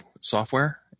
software